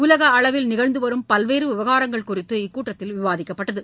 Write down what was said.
உலக அளவில் நிகழ்ந்து வரும் பல்வேறு விவகாரங்கள் குறித்து இக்கூட்டத்தில் விவாதிக்கப்பட்டது